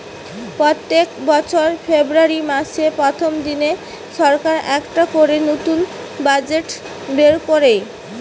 পোত্তেক বছর ফেব্রুয়ারী মাসের প্রথম দিনে সরকার একটা করে নতুন বাজেট বের কোরে